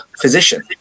physician